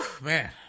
man